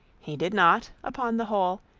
he did not, upon the whole,